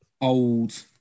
old